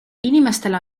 inimestele